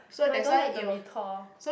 I don't have the retort